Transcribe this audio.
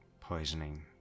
poisoning